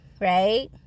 right